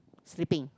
sleeping